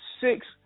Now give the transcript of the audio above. six